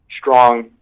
strong